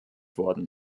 worden